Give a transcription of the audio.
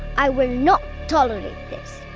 i will not tolerate this.